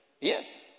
Yes